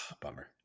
Bummer